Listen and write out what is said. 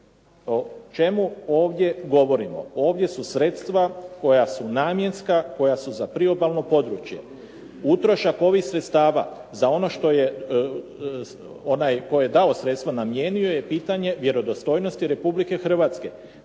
O čemu ovdje govorimo? ovdje su sredstva koja su namjenska koja su za priobalno područje. Utrošak ovih sredstava za ono što je onaj tko je dao sredstva namijenio je pitanje vjerodostojnosti Republike Hrvatske.